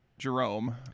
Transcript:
Jerome